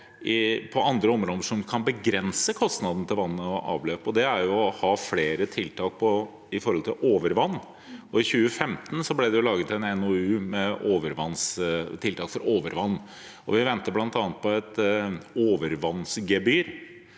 på andre områder som kan begrense kostnadene til vann og avløp, f.eks. på å ha flere tiltak som gjelder overvann. I 2015 ble det laget en NOU med tiltak for overvann, og vi venter bl.a. på et overvannsgebyr.